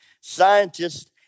scientists